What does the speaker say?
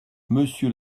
monsieur